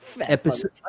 Episode